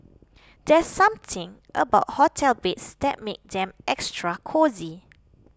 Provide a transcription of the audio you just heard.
there's something about hotel beds that makes them extra cosy